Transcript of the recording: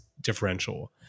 differential